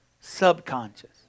subconscious